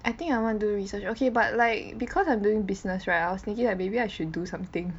I think I want do research okay but like cause I'm doing business right I was thinking lah maybe I should do something